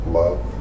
love